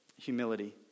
Humility